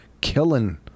killing